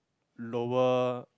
lower